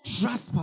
trust